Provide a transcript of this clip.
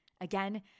Again